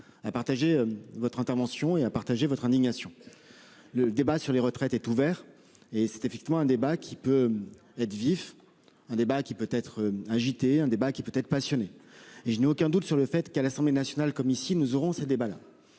à partager votre intervention et à partager votre indignation. Le débat sur les retraites est ouvert et c'est effectivement un débat qui peut être vif, un débat qui peut être invité. Un débat qui peut être passionné et je n'ai aucun doute sur le fait qu'à l'Assemblée nationale comme ici, nous aurons ces débats-là.